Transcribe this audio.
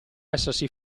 essersi